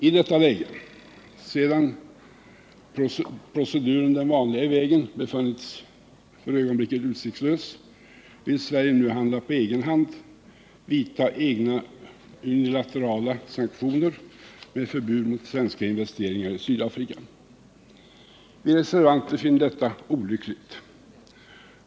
I detta läge och sedan proceduren den vanliga vägen befunnits för ögonblicket utsiktslös, vill Sverige nu handla på egen hand och vidta egna unilaterala sanktioner med förbud mot svenska investeringar i Sydafrika. Vi reservanter finner detta olyckligt.